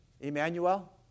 Emmanuel